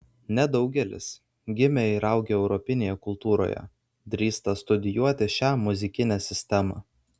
nedaugelis gimę ir augę europinėje kultūroje drįsta studijuoti šią muzikinę sistemą